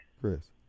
Chris